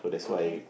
okay